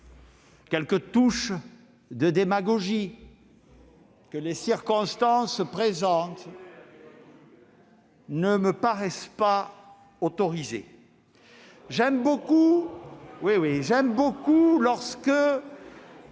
et des touches de démagogie que les circonstances présentes ne me paraissent pas autoriser. J'aime beaucoup entendre